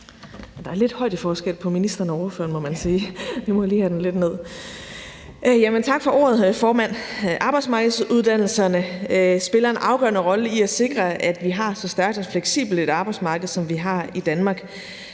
Der er lidt højdeforskel på ministeren og ordføreren, må man sige. Jeg må lige have den lidt ned. Tak for ordet, formand. Arbejdsmarkedsuddannelserne spiller en afgørende rolle i forhold til at sikre, at vi har så stærkt og fleksibelt et arbejdsmarked, som vi har i Danmark.